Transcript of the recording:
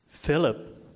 Philip